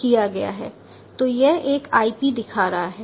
तो यह एक IP दिखा रहा है